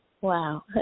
Wow